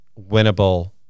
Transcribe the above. winnable